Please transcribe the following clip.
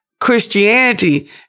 Christianity